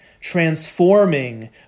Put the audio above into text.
transforming